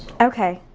okay,